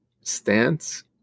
stance